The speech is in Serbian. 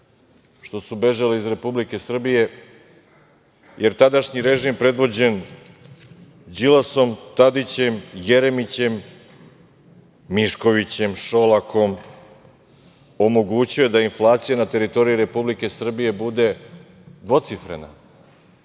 što su bežali iz Republike Srbije, jer tadašnji režim predvođen Đilasom, Tadićem, Jeremićem, Miškovićem, Šolakom, omogućio je da inflacija na teritoriji Republike Srbije bude dvocifrena.